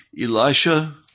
Elisha